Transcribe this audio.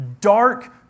dark